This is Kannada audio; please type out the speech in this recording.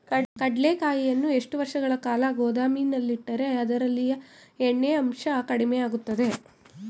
ಕಡ್ಲೆಕಾಯಿಯನ್ನು ಎಷ್ಟು ವರ್ಷಗಳ ಕಾಲ ಗೋದಾಮಿನಲ್ಲಿಟ್ಟರೆ ಅದರಲ್ಲಿಯ ಎಣ್ಣೆ ಅಂಶ ಕಡಿಮೆ ಆಗುತ್ತದೆ?